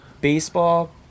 baseball